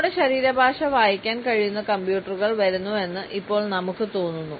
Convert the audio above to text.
നമ്മുടെ ശരീരഭാഷ വായിക്കാൻ കഴിയുന്ന കമ്പ്യൂട്ടറുകൾ വരുന്നുവെന്ന് ഇപ്പോൾ നമുക്ക് തോന്നുന്നു